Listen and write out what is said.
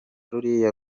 ruriya